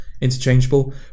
interchangeable